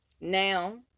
now